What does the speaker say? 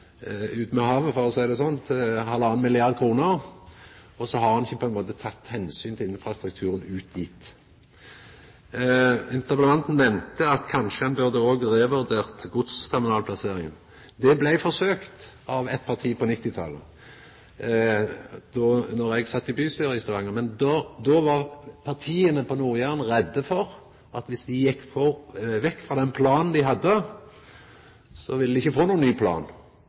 havet, for å seia det sånn, til 1½ mrd. kr, og så har ein ikkje teke omsyn til infrastrukturen ut dit. Interpellanten nemnde at kanskje ein òg burde revurdert godsterminalplasseringa. Det blei forsøkt av eit parti på 1990-talet då eg sat i bystyret i Stavanger, men då var partia på Nord-Jæren redde for at dersom dei gjekk vekk frå den planen dei hadde, ville dei ikkje få nokon ny plan.